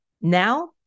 Now